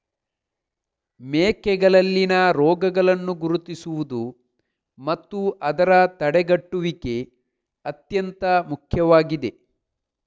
ಮೇಕೆಗಳಲ್ಲಿನ ರೋಗಗಳನ್ನು ಗುರುತಿಸುವುದು ಮತ್ತು ಅದರ ತಡೆಗಟ್ಟುವಿಕೆ ಅತ್ಯಂತ ಮುಖ್ಯವಾಗಿದೆ